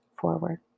forward